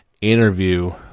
interview